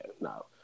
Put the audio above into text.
no